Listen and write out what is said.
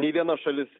nei viena šalis